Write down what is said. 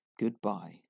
goodbye